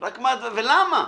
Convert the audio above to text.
ולמה?